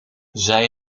zij